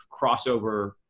crossover